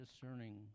discerning